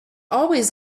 always